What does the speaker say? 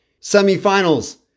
Semifinals